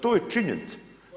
To je činjenica.